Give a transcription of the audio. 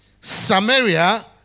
Samaria